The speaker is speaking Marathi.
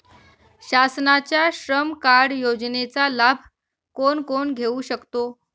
शासनाच्या श्रम कार्ड योजनेचा लाभ कोण कोण घेऊ शकतो?